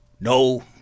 no